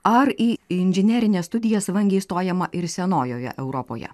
ar į inžinerines studijas vangiai įstojama ir senojoje europoje